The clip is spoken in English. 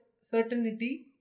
certainty